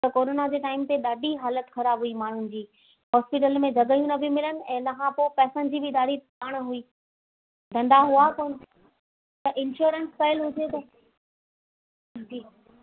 त कोरोना जे टाइम ते ॾाढी हालति ख़राबु हुई माण्हुनि जी हॉस्पीटल में जॻहियूं न पियूं मिलनि ऐं इनखां पोइ पैसनि जी बि ॾाढी पाण हुई धंधा हुआ कोन ऐं इंश्योरेंस कयलु हुजे त जी